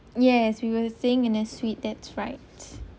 yes we were staying in a suite that's right